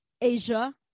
Asia